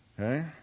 okay